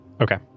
Okay